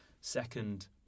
Second